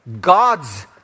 God's